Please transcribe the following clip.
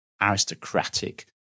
aristocratic